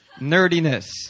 nerdiness